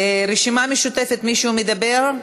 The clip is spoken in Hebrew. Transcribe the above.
הרשימה המשותפת, מישהו מדבר?